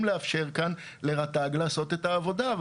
לאפשר כאן לרת"ג לעשות את העבודה.